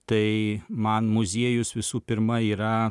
tai man muziejus visų pirma yra